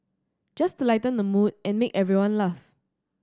just to lighten the mood and make everyone laugh